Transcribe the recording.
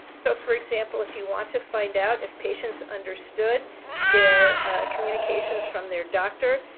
so, for example, if you want to find out if patients understood their communications from their doctor,